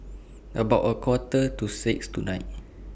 about A Quarter to six tonight